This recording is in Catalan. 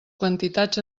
quantitats